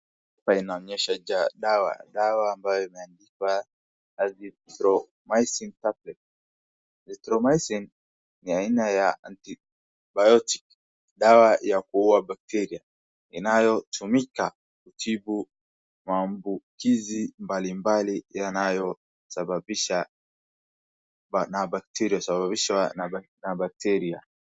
Hapa inaonyesha dawa, dawa ambayo imeandikwa Azithromycin tablets. Azithromycin ni aina ya antibiotiki, dawa ya kuua bakteria, inayotumika kutibu maambukizi mbalimbali yanayosababishwa na bakteria.